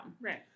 Right